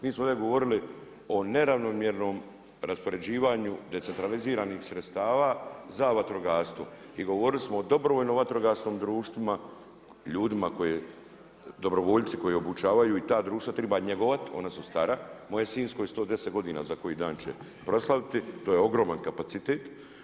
Mi smo ovdje govorili o neravnomjernom raspoređivanju decentraliziranih sredstava za vatrogastvo i govorili smo o dobrovoljnim vatrogasnim društvima, ljudima, dobrovoljci koje obučavaju i ta društva treba njegova, ona su stara, moje sinjsko 110 godina za koji dan se proslaviti, to je ogroman kapacitet.